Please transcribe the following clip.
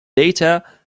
data